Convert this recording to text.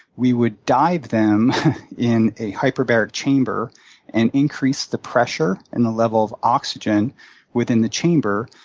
we would dive them in a hyperbaric chamber and increase the pressure and the level of oxygen within the chamber.